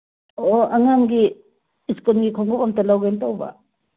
ꯑꯣ ꯑꯣ ꯑꯉꯥꯡꯒꯤ ꯁ꯭ꯀꯨꯜꯒꯤ ꯈꯣꯡꯎꯞ ꯑꯝꯇ ꯂꯧꯒꯦ ꯇꯧꯕ